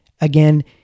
Again